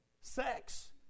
Sex